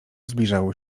zbliżało